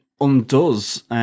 undoes